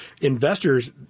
investors